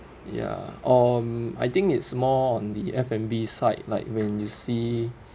ya or I think it's more on the F_N_B side like when you see